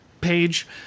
page